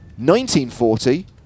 1940